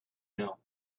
know